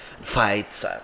Fights